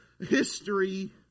history